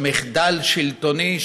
מחדל שלטוני,